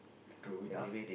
true enough